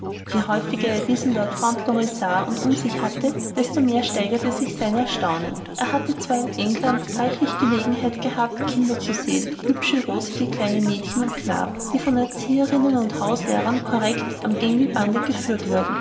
je häufiger er diesen lord fauntleroy sah und um sich hatte desto mehr steigerte sich sein erstaunen er hatte zwar in england reichlich gelegenheit gehabt kinder zu sehen hübsche rosige kleine mädchen und knaben die von erzieherinnen und hauslehrern korrekt am gängelbande geführt wurden